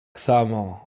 samo